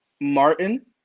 Martin